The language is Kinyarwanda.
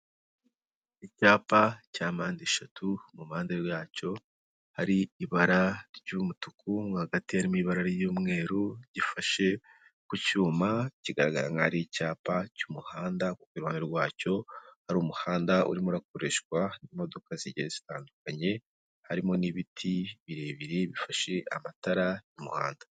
Icyapa cya mpande eshatu mu ruhande rwacyo hari ibara ry'umutuku hagati harimo ibara ry'umweru gifashe ku cyuma kigaragara nkaho ari icyapa cy'umuhanda kuko iruhande rwacyo hari umuhanda urimo urakoreshwa n'imodoka zitandukanye harimo n'ibiti birebire bifashe amatara yo mu muhanda.